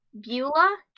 Beulah